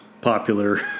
popular